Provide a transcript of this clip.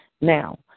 Now